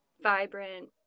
vibrant